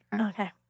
Okay